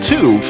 Two